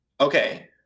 Okay